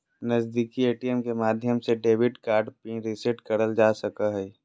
नजीदीकि ए.टी.एम के माध्यम से डेबिट कार्ड पिन रीसेट करल जा सको हय